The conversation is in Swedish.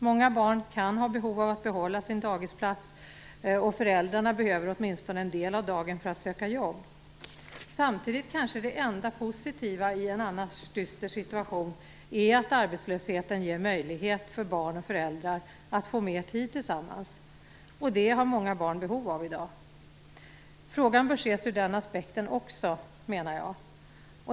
Många barn kan ha behov av att behålla sin dagisplats och föräldrarna behöver åtminstone en del av dagen för att söka jobb. Samtidigt kanske det enda positiva i en annars dyster situation är att arbetslösheten ger möjlighet för barn och föräldrar att få mer tid tillsammans. Det har många barn behov av i dag. Frågan bör ses ur den aspekten också, menar jag.